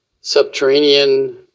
Subterranean